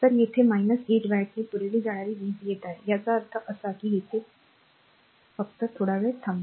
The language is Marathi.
तर येथे 8 वॅटने पुरविली जाणारी वीज येत आहे याचा अर्थ असा की येथे फक्त थांबा